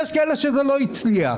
יש כאלה שאצלם זה לא הצליח.